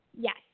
Yes